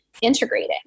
integrating